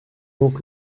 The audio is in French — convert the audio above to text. donc